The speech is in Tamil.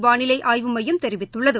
வானிலை ஆய்வுமையம் தெரிவித்துள்ளது